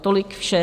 Tolik vše.